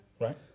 right